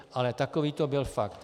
Ale takový to byl fakt.